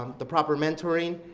um the proper mentoring,